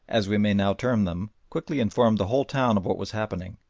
as we may now term them, quickly informed the whole town of what was happening,